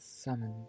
summoned